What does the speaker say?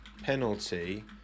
Penalty